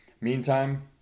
Meantime